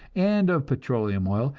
and of petroleum oil,